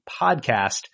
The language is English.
podcast